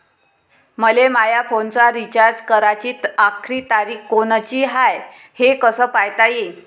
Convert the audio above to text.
मले माया फोनचा रिचार्ज कराची आखरी तारीख कोनची हाय, हे कस पायता येईन?